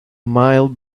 mile